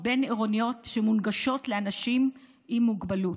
בין-עירוניות שמונגשים לאנשים עם מוגבלות.